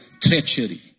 Treachery